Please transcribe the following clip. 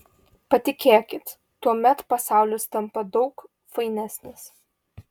patikėkit tuomet pasaulis tampa daug fainesnis